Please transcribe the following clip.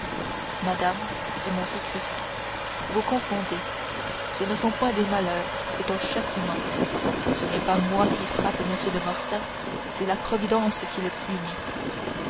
madame dit monte cristo vous confondez ce ne sont point des malheurs c'est un châtiment ce n'est pas moi qui frappe m de morcerf c'est la providence qui le punit